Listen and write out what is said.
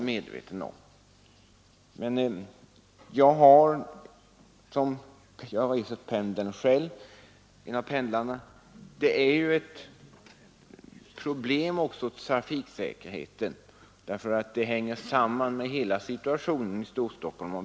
Men jag reser med en av pendlarna själv, och trafiksäkerheten är också ett problem. Frågan hänger samman med situationen i Storstockholmsområdet.